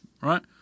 right